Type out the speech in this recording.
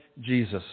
Jesus